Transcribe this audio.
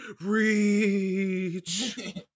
Reach